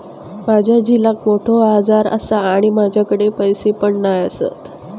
माझ्या झिलाक मोठो आजार आसा आणि माझ्याकडे पैसे पण नाय आसत